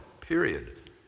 Period